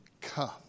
come